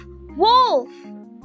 Wolf